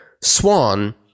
swan